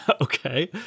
Okay